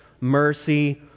mercy